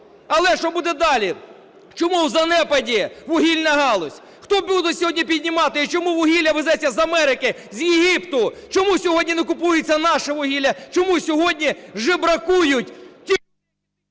Але що буде далі? Чому в занепаді вугільна галузь? Хто буде сьогодні піднімати? І чому вугілля везеться з Америки, з Єгипту? Чому сьогодні не купується наше вугілля? Чому сьогодні жебракують ті…